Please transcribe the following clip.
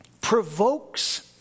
provokes